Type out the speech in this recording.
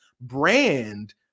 brand